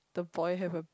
the boy have a